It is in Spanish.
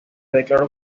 declaró